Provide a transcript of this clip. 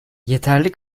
yeterli